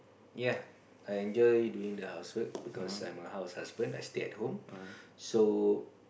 yea I enjoy doing the housework because I'm a house husband I stay at home so